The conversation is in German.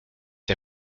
der